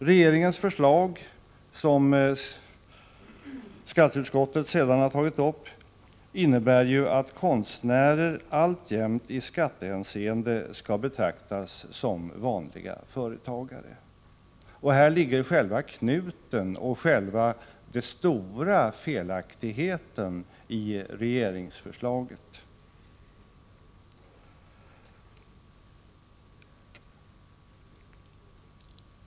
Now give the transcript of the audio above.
Regeringens förslag, som skatteutskottet sedan ställt sig bakom, innebär att konstnärer alltjämt i skattehänseende skall betraktas som vanliga företagare. Och här ligger själva knuten och själva den stora felaktigheten i regeringsförslaget.